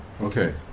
Okay